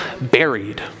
buried